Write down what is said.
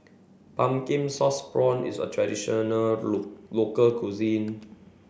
Pumpkin Sauce Prawns is a traditional local cuisine